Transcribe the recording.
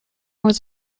was